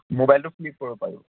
মোবাইলটো ফ্লিপ কৰিব পাৰিব